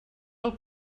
pel